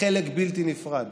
חלק בלתי נפרד